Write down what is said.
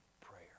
prayer